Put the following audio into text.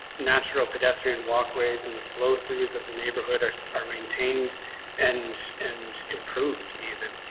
natural pedestrian walkways in the flow. throughs of the neighborhood or are maintained and and improved even.